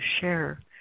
share